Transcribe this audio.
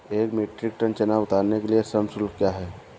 एक metric ton चना उतारने के लिए श्रम शुल्क क्या है?